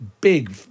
big